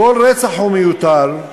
כל רצח הוא מיותר,